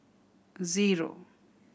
zero